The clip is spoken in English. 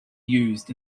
used